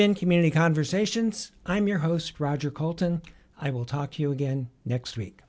been community conversations i'm your host roger colton i will talk to you again next week